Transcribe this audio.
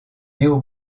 néo